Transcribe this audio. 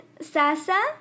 Sasa